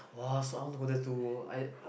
[wah] song I want to go there too I